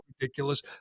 ridiculous